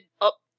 up